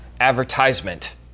advertisement